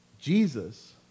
Jesus